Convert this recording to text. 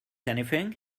anything